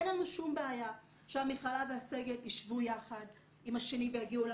אין לנו שום בעיה שהמכללה והסגל ישבו יחד עם השני ויגיעו להסכמות.